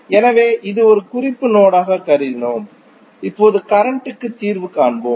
எனவே இதை ஒரு குறிப்பு நோடு ஆக கருதினோம் இப்போது கரண்ட் க்கு தீர்வு காண்போம்